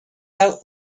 out